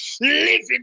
living